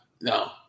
No